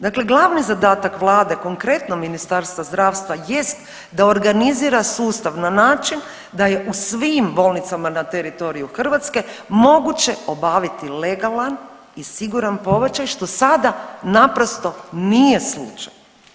Dakle glavni zadatak Vlade, konkretno Ministarstva zdravstva jest da organizira sustav na način da je u svim bolnicama na teritoriju Hrvatske moguće obaviti legalan i siguran pobačaj, što sada naprosto nije slučaj.